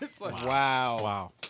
Wow